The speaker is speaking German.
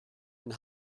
den